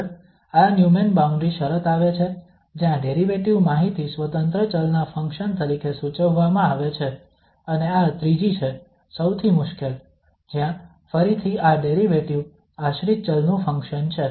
આગળ આ Neumann boundary શરત આવે છે જ્યાં ડેરિવેટિવ માહિતી સ્વતંત્ર ચલ ના ફંક્શન તરીકે સૂચવવામાં આવે છે અને આ ત્રીજી છે સૌથી મુશ્કેલ જ્યાં ફરીથી આ ડેરિવેટિવ આશ્રિત ચલ નું ફંક્શન છે